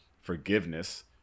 forgiveness